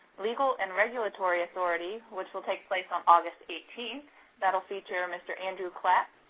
legal and regulatory authority which will take place on august eighteenth that will feature mr. andrew klatte.